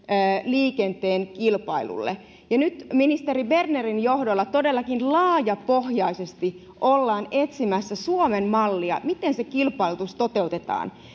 liikenteen kilpailulle ja nyt ministeri bernerin johdolla todellakin laajapohjaisesti ollaan etsimässä suomen mallia miten se kilpailutus toteutetaan